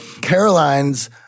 Caroline's